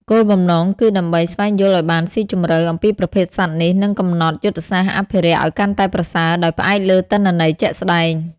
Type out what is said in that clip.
គោលបំណងគឺដើម្បី ស្វែងយល់ឲ្យបានស៊ីជម្រៅ អំពីប្រភេទសត្វនេះ និងកំណត់ យុទ្ធសាស្ត្រអភិរក្សឲ្យកាន់តែប្រសើរ ដោយផ្អែកលើទិន្នន័យជាក់ស្តែង។